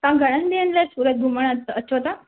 तव्हां घणनि ॾींहनि लाइ सूरत घुमणु अचो था